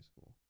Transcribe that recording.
school